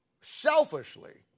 selfishly